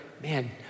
man